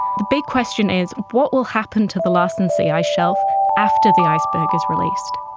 the big question is, what will happen to the larsen c ice shelf after the iceberg is released?